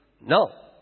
No